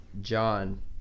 John